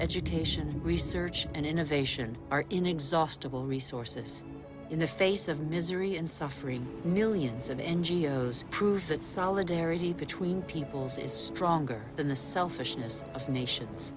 education research and innovation are inexhaustible resources in the face of misery and suffering millions of n g o s proves that solidarity between peoples is stronger than the selfishness of nations